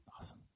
awesome